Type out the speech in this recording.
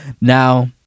now